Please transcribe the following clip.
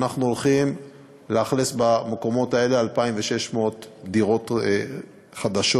ואנחנו הולכים לאכלס במקומות האלה 2,600 דירות חדשות,